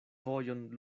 vojon